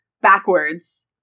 backwards